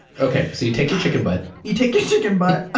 okay, so you take your chicken butt you take your chicken butt.